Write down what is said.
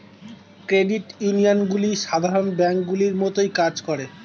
credit ইউনিয়নগুলি সাধারণ ব্যাঙ্কগুলির মতোই কাজ করে